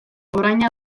orain